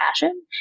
passion